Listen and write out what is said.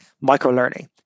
micro-learning